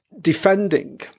defending